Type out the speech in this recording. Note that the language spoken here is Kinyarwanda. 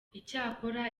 icyakora